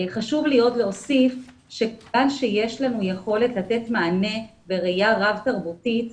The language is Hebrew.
חשוב לי עוד להוסיף שכיוון שיש לנו יכולת לתת מענה בראייה רב-תרבותית,